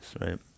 right